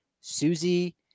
Susie